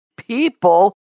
people